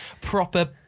Proper